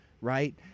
Right